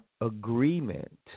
agreement